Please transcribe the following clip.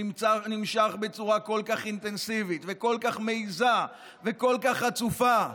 שנמשך בצורה כל כך אינטנסיבית וכל כך מעיזה וכל כך חצופה,